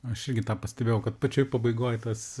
aš irgi tą pastebėjau kad pačioj pabaigoj tas